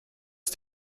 ist